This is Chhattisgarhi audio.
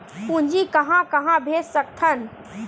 पूंजी कहां कहा भेज सकथन?